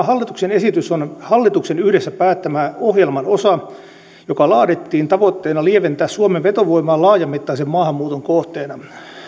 hallituksen esitys on hallituksen yhdessä päättämä ohjelman osa joka laadittiin tavoitteena lieventää suomen vetovoimaa laajamittaisen maahanmuuton kohteena